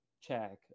check